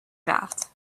draft